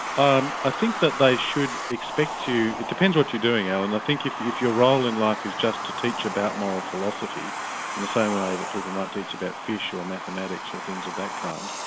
um i think that they should expect you it depends what you're doing, alan, i think if if your role in life is just to teach about moral philosophy in the same um way that people might teach about fish or mathematics or things of that kind,